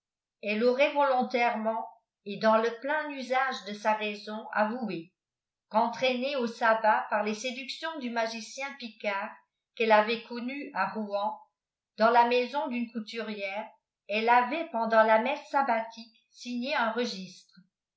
elle auiit volontair meot et dans le plein usage de sa raison avoué qu'entfaine au sabbat par les séductions du magicien picard qu'elle avait connu à ronen dans la maison d'une couturière elle avait pendant la mesèe sabbatique signé un registre